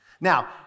Now